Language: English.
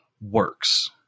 works